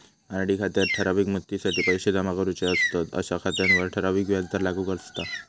RD खात्यात ठराविक मुदतीसाठी पैशे जमा करूचे असतंत अशा खात्यांवर ठराविक व्याजदर लागू असता